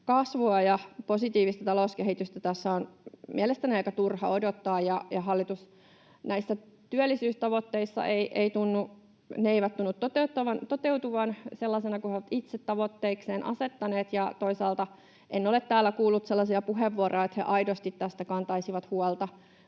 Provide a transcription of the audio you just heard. kasvua ja positiivista talouskehitystä tässä on mielestäni aika turha odottaa. Hallituksen työllisyystavoitteet eivät tunnu toteutuvan sellaisina kuin he ovat itse tavoitteikseen asettaneet, ja toisaalta en ole täällä kuullut sellaisia puheenvuoroja, että he aidosti tästä kantaisivat huolta,